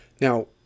Now